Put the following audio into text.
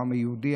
העם היהודי,